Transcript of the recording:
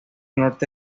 norte